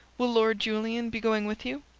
will lord julian be going with you?